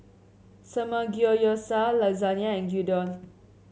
Samgeyopsal Lasagne and Gyudon